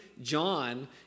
John